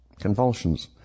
Convulsions